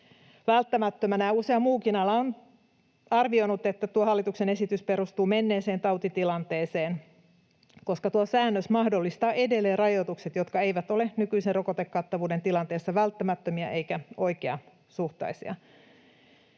usea muukin ala on arvioinut, että tuo hallituksen esitys perustuu menneeseen tautitilanteeseen, koska tuo säännös mahdollistaa edelleen rajoitukset, jotka eivät ole nykyisen rokotekattavuuden tilanteessa välttämättömiä eivätkä oikeasuhtaisia.